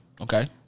Okay